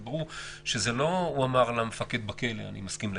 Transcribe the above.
שברור שזה לא שהוא אמר למפקד בכלא שהוא מסכים לכך.